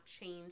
change